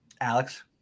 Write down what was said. Alex